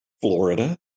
Florida